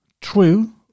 true